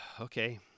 okay